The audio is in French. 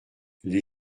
les